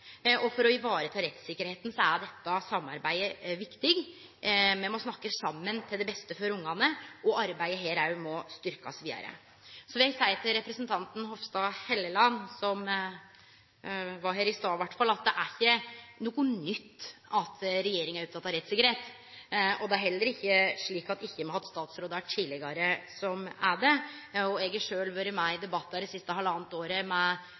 og for å vareta rettssikkerheita er dette samarbeidet viktig. Me må snakke saman til det beste for ungane, og arbeidet må styrkjast vidare også her. Så vil eg seie til representanten Hofstad Helleland, som var her oppe i stad, at det er ikkje noko nytt at regjeringa er oppteken av rettssikkerheit. Det er heller ikkje slik at me ikkje har hatt statsrådar tidlegare som er det. Eg har sjølv vore med i debattar det siste halvanna året med